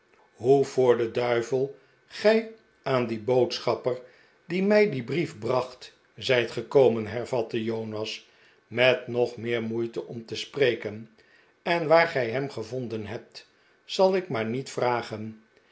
hoe voor den duivel gij aan dien boodschapper die mij dien brief bracht zijt gekomen hervatte jonas met nog meer moeite om te spreken en waar gij hem gevonden hebt zaldk maar niet vragen